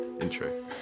Intro